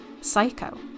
Psycho